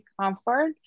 comfort